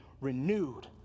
renewed